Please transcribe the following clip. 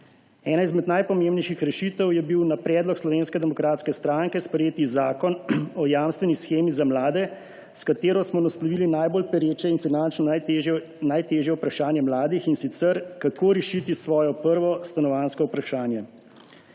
Ena izmed najpomembnejših rešitev je bil na predlog Slovenske demokratske stranke sprejeti zakon o jamstveni shemi za mlade, s katero smo naslovili najbolj pereče in finančno najtežje vprašanje mladih, in sicer, kako rešiti svojo prvo stanovanjsko vprašanje.